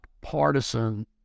partisan